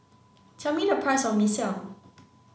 tell me the price of Mee Siam